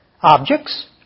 objects